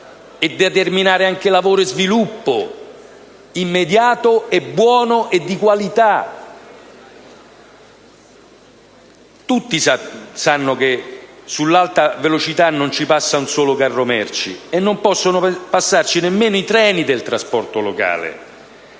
e creare anche lavoro e sviluppo: immediato, buono e di qualità. Tutti sanno che sulle linee ad alta velocità non passa un solo carro merci, e non possono passare neanche i treni del trasporto locale.